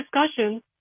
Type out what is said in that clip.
discussion